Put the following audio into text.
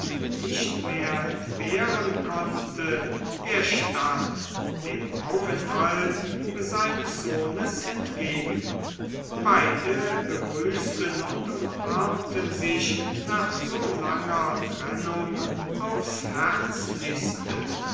nicht mehr entbehren konnte der stadt dem aufenthalte seines sohnes entgegen beide begrüßten und umarmten sich nach so langer trennung aufs herzlichste